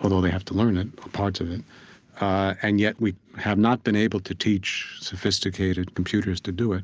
although they have to learn it, or parts of it and yet, we have not been able to teach sophisticated computers to do it.